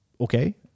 Okay